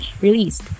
released